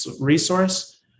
resource